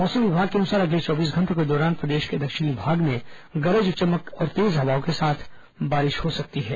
मौसम विभाग के अनुसार अगले चौबीस घंटों के दोरान प्रदेश के दक्षिणी भाग में गरज चमक और तेज हवाओं के साथ बारिश हो सकती है